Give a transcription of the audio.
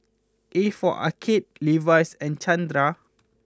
a for Arcade Levi's and Chanira